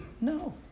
No